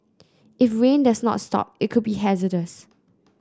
if rain does not stop it could be hazardous